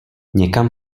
někam